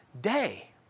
day